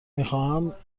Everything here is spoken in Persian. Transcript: میخواهم